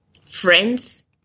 friends